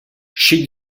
she